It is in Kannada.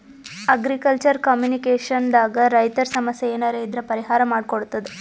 ಅಗ್ರಿಕಲ್ಚರ್ ಕಾಮಿನಿಕೇಷನ್ ದಾಗ್ ರೈತರ್ ಸಮಸ್ಯ ಏನರೇ ಇದ್ರ್ ಪರಿಹಾರ್ ಮಾಡ್ ಕೊಡ್ತದ್